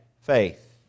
faith